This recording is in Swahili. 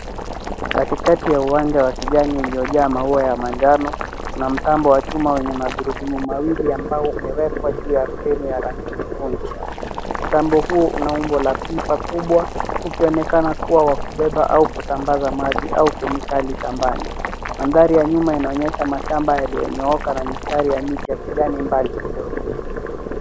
Katikati ya uwanja wa kijani uliojaa maua ya manjano, kuna mtambo wa chuma wenye magurudumu mawili ya mbao ambao umewekwa juu ya fremu ya rangi nyekundu. Mtambo huu una umbo la pipa kubwa ukionekana kuwa wa kubeba au kusambaza maji au kemikali shambani. Mandhari ya nyuma yanaonyesha mashamba yaliyonyooka na mistari ya miti ya kijani mbali kidogo.